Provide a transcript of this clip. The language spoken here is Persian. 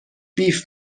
بیف